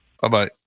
Bye-bye